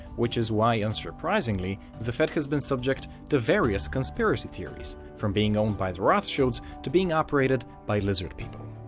which is why unsurprisingly the fed has been subject to various conspiracy theories, from being owned by the rothschilds to being operated by lizard people.